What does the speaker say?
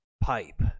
pipe